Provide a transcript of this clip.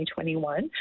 2021